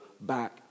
back